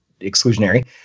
exclusionary